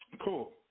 Cool